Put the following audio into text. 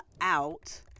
out